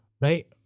Right